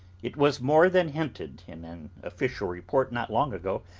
it was more than hinted, in an official report, not long ago,